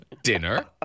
dinner